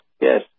Yes